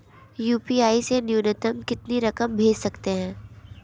UPI से न्यूनतम कितनी रकम भेज सकते हैं?